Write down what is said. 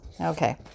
Okay